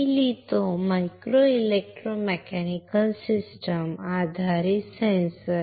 मी लिहितो micro electro mechanical system आधारित sensor